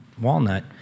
walnut